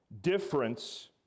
difference